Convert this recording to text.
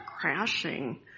crashing